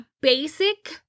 basic